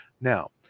Now